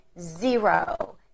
zero